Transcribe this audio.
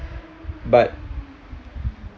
but